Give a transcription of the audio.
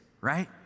right